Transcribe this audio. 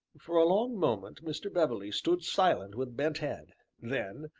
for a long moment mr. beverley stood silent with bent head, then,